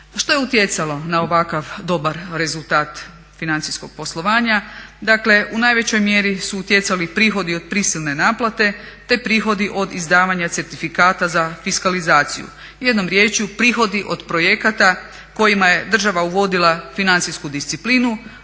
što je utjecalo na ovakav dobar rezultat financijskog poslovanja? Dakle u najvećoj mjeri su utjecali prihodi od prisilne naplate, te prihodi od izdavanja certifikata za fiskalizaciju. Jednom riječju prihodi od projekata kojima je država uvodila financijsku disciplinu